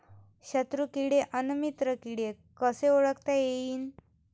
शत्रु किडे अन मित्र किडे कसे ओळखता येईन?